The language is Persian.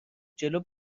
جلو